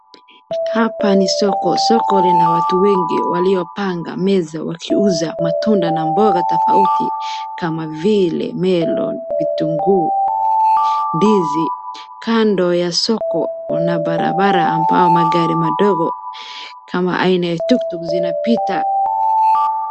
Hapa ni soko. Soko lina watu wengi waliopanga meza wakiuza matunda na mboga tofauti kama vile melon, vitunguu, ndizi. Kando ya soko kuna barabara ambayo magari madogo kama aina ya tuktuk zinapita.